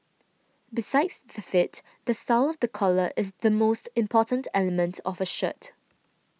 besides the fit the style of the collar is the most important element of a shirt